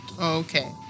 Okay